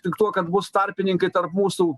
tik tuo kad bus tarpininkai tarp mūsų